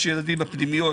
יש ילדים בפנימיות